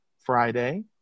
Friday